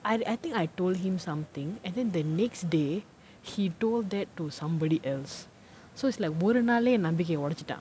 I I think I told him something and then the next day he told that to somebody else so it's like ஒரு நாளே நம்பிக்கைய ஒடச்சுட்டான்:oru naalae nambikkaiyaa odachuttaan